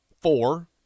four